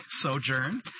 sojourn